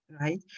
right